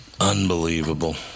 Unbelievable